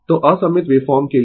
तो असममित वेवफॉर्म के लिए